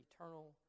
eternal